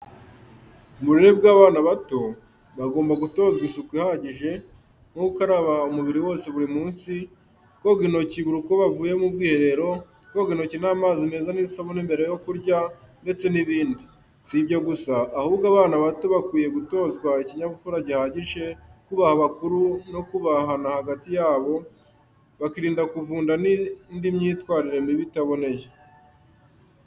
Mu burere bw’abana bato, bagomba gutozwa isuku ihagije, nko gukaraba umubiri wose buri munsi, koga intoki buri uko bavuye mu bwiherero, koga intoki n’amazi meza n’isabune mbere yo kurya, ndetse n’ibindi. Si ibyo gusa, ahubwo abana bato bakwiye gutozwa ikinyabupfura gihagije, kubaha abakuru no kubahana hagati yabo, bakirinda kuvunda n’indi myitwarire mibi itaboneye.